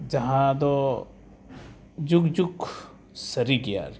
ᱡᱟᱦᱟᱸ ᱫᱚ ᱡᱩᱜᱽᱼᱡᱩᱜᱽ ᱥᱟᱹᱨᱤ ᱜᱮᱭᱟ ᱟᱨᱠᱤ